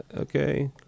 Okay